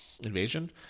invasion